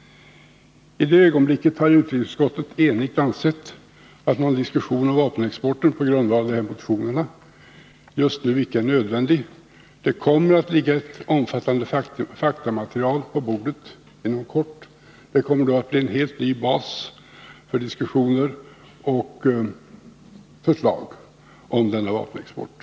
I den situationen har utrikesutskottet enigt ansett att någon diskussion om vapenexporten på grundval av de här motionerna just nu icke är nödvändig. Det kommer att ligga ett omfattande faktamaterial på riksdagens bord inom kort, och det kommer då att finnas en helt ny bas för diskussioner och förslag om denna vapenexport.